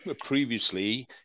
Previously